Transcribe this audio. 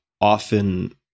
often